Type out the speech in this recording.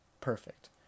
perfect